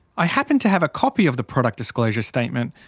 i happen to have a copy of the product disclosure statement,